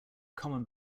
common